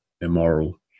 immoral